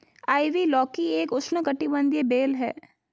ivy लौकी एक उष्णकटिबंधीय बेल है